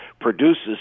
produces